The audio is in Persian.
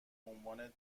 عنوان